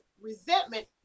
resentment